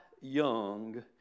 young